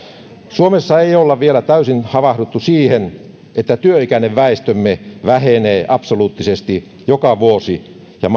suomessa ei olla vielä täysin havahduttu siihen että työikäinen väestömme vähenee absoluuttisesti joka vuosi ja